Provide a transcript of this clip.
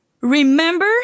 Remember